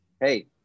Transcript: Hey